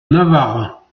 navarre